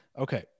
Okay